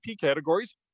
categories